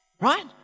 right